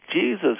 Jesus